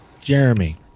Jeremy